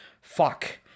fuck